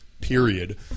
Period